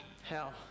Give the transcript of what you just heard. Hell